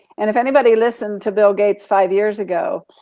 and if anybody listened to bill gates five years ago,